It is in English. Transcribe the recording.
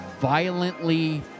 violently